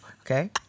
Okay